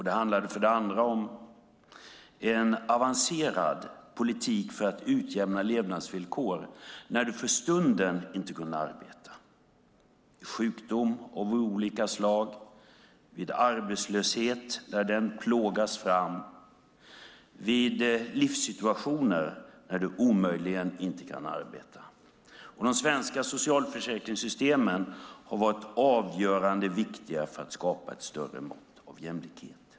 Det handlade för det andra om en avancerad politik för att utjämna levnadsvillkor när du för stunden inte kunde arbeta, vid sjukdom av olika slag, vid arbetslöshet när den plågades fram, i livssituationer när du omöjligen kunde arbeta. De svenska socialförsäkringssystemen har varit avgörande och viktiga för att skapa ett större mått av jämlikhet.